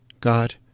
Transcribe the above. God